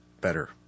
better